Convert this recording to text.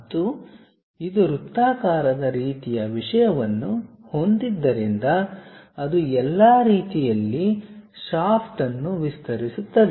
ಮತ್ತು ಇದು ವೃತ್ತಾಕಾರದ ರೀತಿಯ ವಿಷಯವನ್ನು ಹೊಂದಿದ್ದರಿಂದ ಅದು ಎಲ್ಲಾ ರೀತಿಯಲ್ಲಿ ಶಾಫ್ಟ್ ಅನ್ನು ವಿಸ್ತರಿಸುತ್ತದೆ